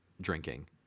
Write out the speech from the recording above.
drinking